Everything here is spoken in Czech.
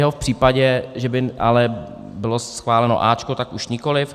V případě, že by ale bylo schváleno A, tak už nikoliv.